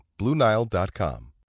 BlueNile.com